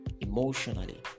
emotionally